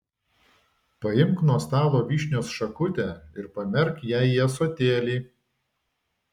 paimk nuo stalo vyšnios šakutę ir pamerk ją į ąsotėlį